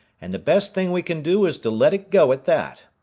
and the best thing we can do is to let it go at that.